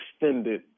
extended